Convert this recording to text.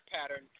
pattern